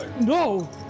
No